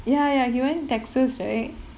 ya ya he went texas right